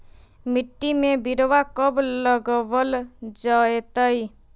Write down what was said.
मिट्टी में बिरवा कब लगवल जयतई?